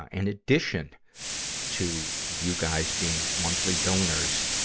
and addition to you guys being monthly donors,